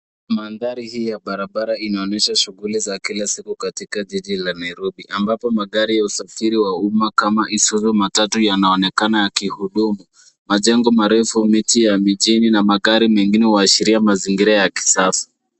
Mandhari hii ya barabara inaonyesha shughuli za kila siku katika jiji la Nairobi ambapo magari ya usafiri wa umma kama Isuzu matatu yanaonekana yakihudumu. Majengo marefu, miti ya mijini na magari mengine huashiria mazingira ya kisasa.